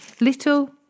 little